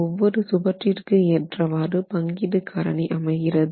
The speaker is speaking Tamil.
ஒவ்வொரு சுவற்றிற்கு ஏற்றவாறு பங்கீடு காரணி அமைகிறது